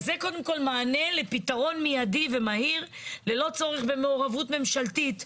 אז זה קודם כל מענה לפתרון מיידי ומהיר ללא צורך במעורבות ממשלתית,